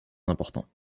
important